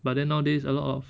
but then nowadays a lot of